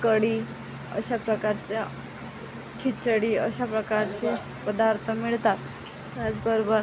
कढी अशा प्रकारच्या खिचडी अशाप्रकारचे पदार्थ मिळतात त्याचबरोबर